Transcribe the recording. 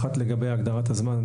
האחת, לגבי הגדרת הזמן.